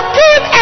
give